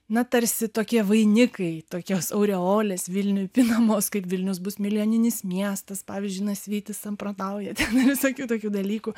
na tarsi tokie vainikai tokios aureolės vilniuj pinamos kaip vilnius bus milijoninis miestas pavyzdžiui nasvytis samprotauja visokių tokių dalykų